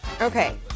Okay